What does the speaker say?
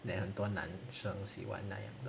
then 很多男生喜欢那样的